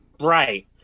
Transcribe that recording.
Right